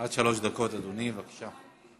עד שלוש דקות, אדוני, בבקשה.